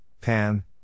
Pan